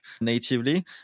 natively